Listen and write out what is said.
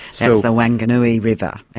so the whanganui river.